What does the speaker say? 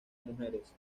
mujeres